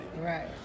Right